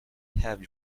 have